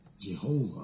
Jehovah